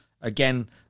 again